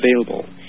available